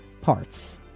parts